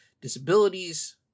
Disabilities